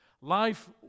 Life